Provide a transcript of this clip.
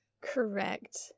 Correct